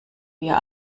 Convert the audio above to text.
wir